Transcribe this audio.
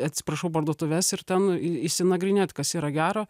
atsiprašau parduotuves ir ten išsinagrinėt kas yra gero